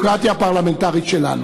מהדמוקרטיה הפרלמנטרית שלנו.